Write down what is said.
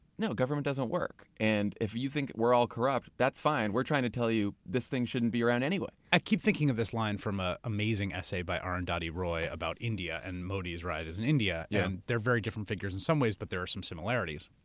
no, government doesn't work, and if you think we're all corrupt, that's fine. we're trying to tell you this thing shouldn't be around anyway. i keep thinking of this line from an ah amazing essay by arundhati roy about india and modi's rise in india. yeah and they're very different figures in some ways, but there are some similarities,